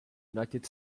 united